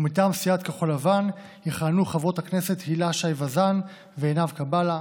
ומטעם סיעת כחול לבן יכהנו חברות הכנסת הילה שי וזאן ועינב קאבלה.